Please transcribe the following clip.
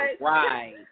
Right